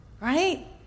right